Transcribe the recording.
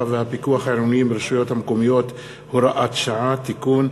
והפיקוח העירוני ברשויות המקומיות (הוראת שעה) (תיקון),